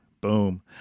Boom